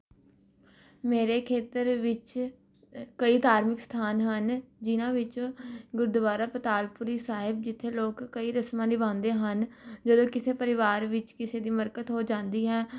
ਮੇਰੇ ਖੇਤਰ ਵਿੱਚ ਕਈ ਧਾਰਮਿਕ ਸਥਾਨ ਹਨ ਜਿਨ੍ਹਾਂ ਵਿੱਚ ਗੁਰਦੁਆਰਾ ਪਤਾਲੀਪੁਰੀ ਸਾਹਿਬ ਜਿੱਥੇ ਲੋਕ ਕਈ ਰਸਮਾਂ ਨਿਭਾਉਂਦੇ ਹਨ ਜਦੋਂ ਕਿਸੇ ਪਰਿਵਾਰ ਵਿੱਚ ਕਿਸੇ ਦੀ ਮਰਗਤ ਹੋ ਜਾਂਦੀ ਹੈ